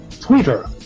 Twitter